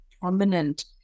prominent